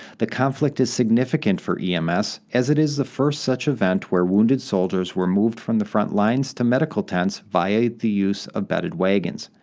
the conflict is significant for ems as it is the first such event where wounded soldiers were moved from the front lines to medical tents via the use of bedded wagons.